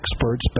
experts